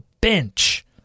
bench